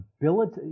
ability